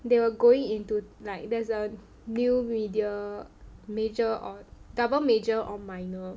they were going into like there's a new media major or double major or minor